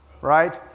Right